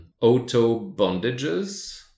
Auto-bondages